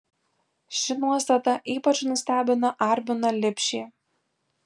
šita nuostata ypač nustebino arminą lipšį